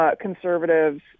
Conservatives